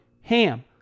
HAM